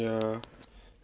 ya